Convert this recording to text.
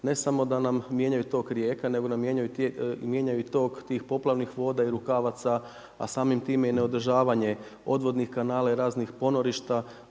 ne samo da nam mijenjaju tok rijeka, nego nam mijenjaju i tok tih poplavnih voda i rukavaca a samim time i neodržavanje odvodnih kanala i raznih ponorišta